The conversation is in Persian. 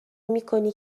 میکنی